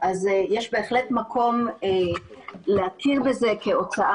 אז יש בהחלט מקום להכיר בזה כהוצאה